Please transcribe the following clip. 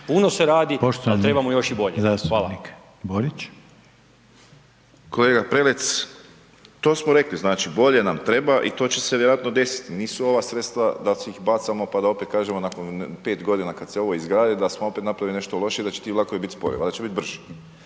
Borić. **Borić, Josip (HDZ)** Kolega Prelec, to smo rekli, znači bolje nam treba i to će se vjerojatno desit, nisu ova sredstva da ih bacamo, pa da opet kažemo nakon 5.g. kad se ovo izgradi da smo opet napravili nešto loše i da će ti vlakovi bit spori, valjda će bit brži.